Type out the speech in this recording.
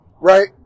right